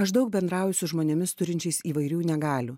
aš daug bendrauju su žmonėmis turinčiais įvairių negalių